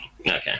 Okay